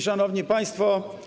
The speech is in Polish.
Szanowni Państwo!